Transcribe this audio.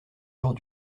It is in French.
jours